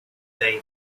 day